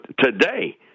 today